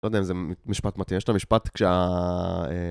לא יודע אם זה משפט מתאים, יש לו משפט כשה...